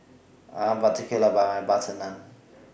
I'm particular about My Butter Naan